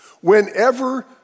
Whenever